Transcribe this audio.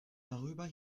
darüber